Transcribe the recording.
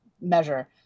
measure